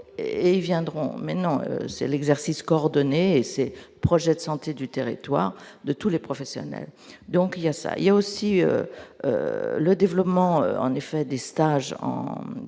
et ils viendront, mais non, c'est l'exercice coordonné et ses projets de santé du territoire de tous les professionnels, donc il y a ça, il y a aussi le développement, en effet, des stages en